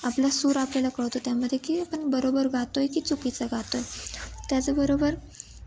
आपला सूर आपल्याला कळतो त्यामध्ये की आपण बरोबर गातो आहे की चुकीचं गातो आहे त्याचबरोबर